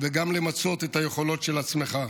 וגם למצות את היכולות של עצמך.